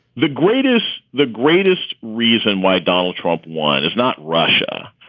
the greatest the greatest reason why donald trump won is not russia.